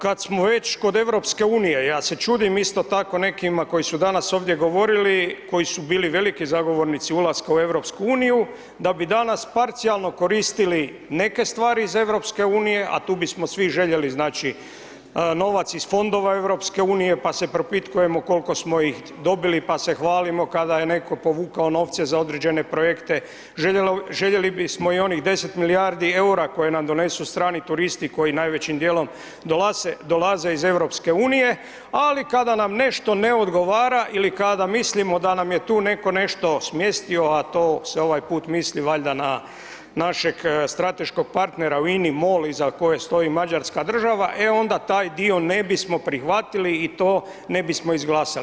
Kad smo već kod EU ja se čudim isto tako nekima koji su danas ovdje govorili koji su bili veliki zagovornici ulaska u EU, da bi danas parcijalno koristili neke stvari iz EU, a tu bismo svi željeli znači novac iz fondova EU, pa se propitkujemo koliko smo ih dobili, pa se hvalimo kada je neko povukao novce za određene projekte, željeli bismo i onih 10 milijardi EUR-a koje nam strani turisti koji najvećim dijelom dolaze iz EU, ali kada nam nešto ne odgovara ili kada mislimo da nam je tu netko nešto smjestio, a to se ovaj put misli valjda na našeg strateškog partnera u INI, MOL iza koje stoji Mađarska država, e onda taj dio ne bismo prihvatili i to ne bismo izglasali.